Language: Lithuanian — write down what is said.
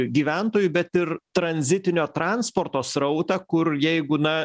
gyventojų bet ir tranzitinio transporto srautą kur jeigu na